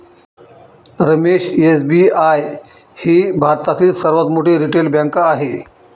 Ramesh SBI ही भारतातील सर्वात मोठी रिटेल बँक आहे